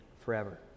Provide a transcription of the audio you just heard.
forever